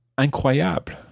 incroyable